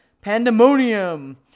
Pandemonium